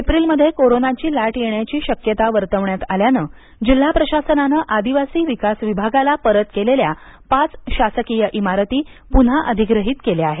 एप्रिलमध्ये कोरोनाची लाट येण्याची शक्यता वर्तविण्यात आल्यानं जिल्हा प्रशासनानं आदिवासी विकास विभागाला परत केलेल्या पाच शासकीय इमारती पुन्हा अधिग्रहित केल्या आहेत